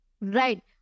Right